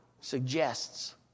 suggests